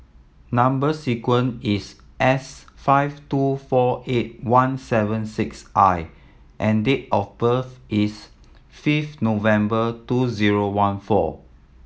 number sequence is S five two four eight one seven six I and date of birth is fifth November two zero one four